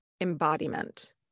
embodiment